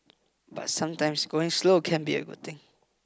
but sometimes going slow can be a good thing